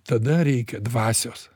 tada reikia dvasios